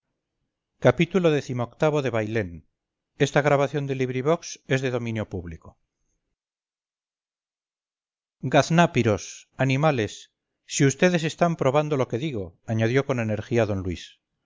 xxvi xxvii xxviii xxix xxx xxxi xxxii bailén de benito pérez galdós gaznápiros animales si vds están probando lo que digo añadió con energía d luis